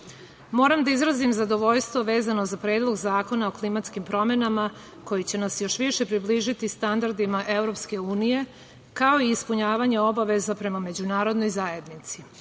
moram da izrazim zadovoljstvo vezano za Predlog zakona o klimatskim promenama koji će nas još više približiti standardima EU, kao i ispunjavanje obaveza prema međunarodnoj zajednici. Smanjenje